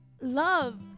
love